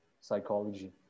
psychology